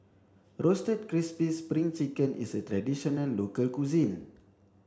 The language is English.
roasted crispy spring chicken is a traditional local cuisine